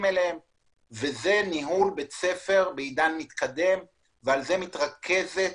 אליהם וזה ניהול בית ספר בעידן מתקדם ועל זה מתרכזת